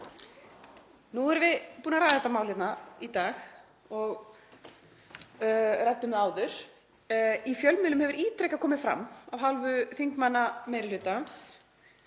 Nú erum við búin að ræða þetta mál hérna í dag og ræddum það áður. Í fjölmiðlum hefur ítrekað komið fram af hálfu þingmanna meiri hlutans